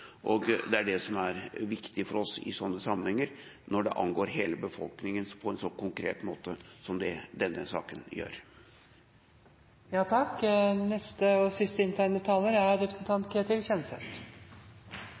og det er det som er viktig for oss i sånne sammenhenger – når det angår hele befolkningen på en så konkret måte som det denne saken